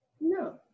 No